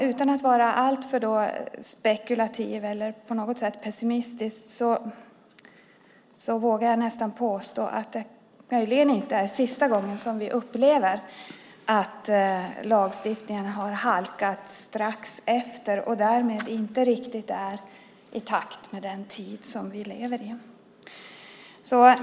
Utan att vara alltför spekulativ eller på något sätt pessimistisk vågar jag nästan påstå att det möjligen inte är sista gången som vi upplever att lagstiftningen har halkat strax efter och därmed inte riktigt är i takt med den tid som vi lever i.